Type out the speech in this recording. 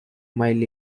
mile